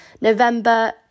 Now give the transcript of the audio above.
November